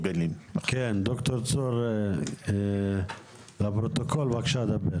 כן, דוקטור צור בבקשה דבר.